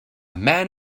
man